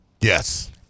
Yes